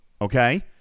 okay